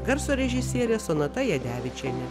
garso režisierė sonata jadevičienės